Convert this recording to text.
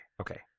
okay